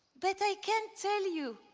but i can tell you,